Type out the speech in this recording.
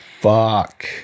Fuck